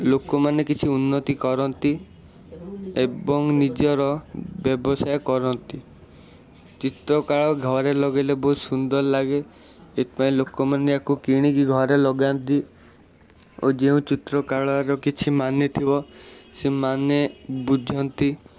ଲୋକମାନେ କିଛି ଉନ୍ନତି କରନ୍ତି ଏବଂ ନିଜର ବ୍ୟବସାୟ କରନ୍ତି ଚିତ୍ରକାଳ ଘରେ ଲଗାଇଲେ ବହୁତ ସୁନ୍ଦର ଲାଗେ ସେଇଥିପାଇଁ ଲୋକମାନେ ଆକୁ କିଣିକି ଘରେ ଲଗାନ୍ତି ଓ ଯେଉଁ ଚିତ୍ରକାଳର କିଛି ମାନେ ଥିବ ସେମାନେ ବୁଝନ୍ତି